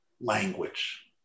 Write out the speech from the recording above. Language